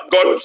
God